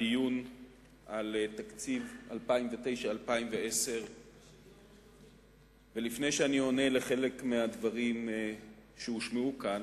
בדיון על תקציב 2009 2010. לפני שאני עונה על חלק מהדברים שהושמעו כאן,